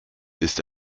ist